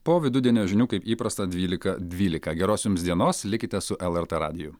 po vidudienio žinių kaip įprasta dvylika dvylika geros jums dienos likite su lrt radiju